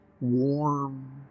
warm